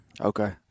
Okay